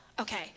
Okay